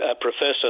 professor